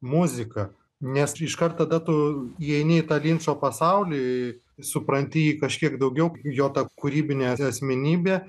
muzika nes iškart tada tu įeini į tą linčo pasaulį supranti jį kažkiek daugiau jo ta kūrybinė asmenybė